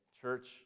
church